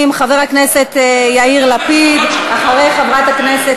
ואני מבקשת מחברי הכנסת,